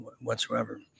whatsoever